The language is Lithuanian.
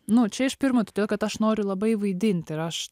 nu čia iš pirmo todėl kad aš noriu labai vaidint ir aš